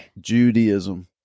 Judaism